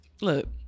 look